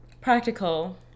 practical